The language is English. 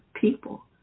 people